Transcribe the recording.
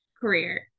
career